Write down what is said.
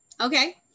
okay